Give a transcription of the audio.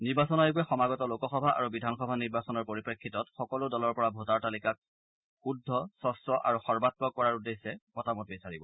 নিৰ্বাচন আয়োগে সমাগত লোকসভা আৰু বিধানসভা নিৰ্বাচনৰ পৰিপ্ৰেক্ষিতত সকলো দলৰ পৰা ভোটাৰ তালিকাক শুদ্ধ স্বছ্ আৰু সৰ্বাম্মক কৰাৰ উদ্দেশ্যে মতামত বিচাৰিব